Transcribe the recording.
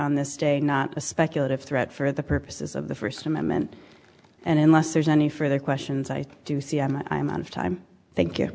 on this day not a speculative threat for the purposes of the first amendment and unless there's any further questions i do see i'm out of time thank you